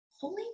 Holy